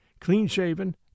clean-shaven